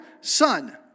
son